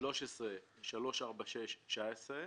שמספרה 13-346-19,